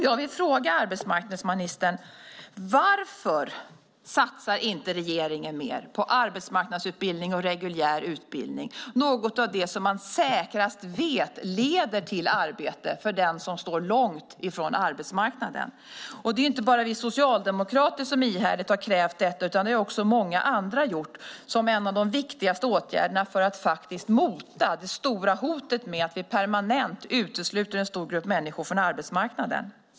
Jag vill fråga arbetsmarknadsministern: Varför satsar inte regeringen mer på arbetsmarknadsutbildning och reguljär utbildning, något av det man säkrast vet leder till arbete för den som står långt ifrån arbetsmarknaden? Det är inte bara vi Socialdemokrater som ihärdigt har krävt detta, utan det har också många andra gjort, som en av de viktigaste åtgärderna för att mota det stora hotet att vi permanent utesluter en stor grupp människor från arbetsmarknaden.